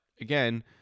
again